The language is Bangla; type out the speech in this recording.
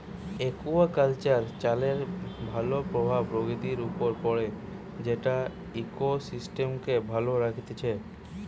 একুয়াকালচার চাষের ভাল প্রভাব প্রকৃতির উপর পড়ে যেটা ইকোসিস্টেমকে ভালো রাখতিছে